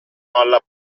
alla